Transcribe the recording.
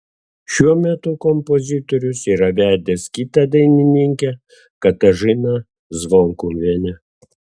šiuo metu kompozitorius yra vedęs kitą dainininkę katažiną zvonkuvienę